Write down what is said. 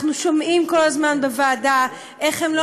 אנחנו שומעים כל הזמן בוועדה איך הם לא